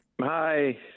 Hi